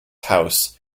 house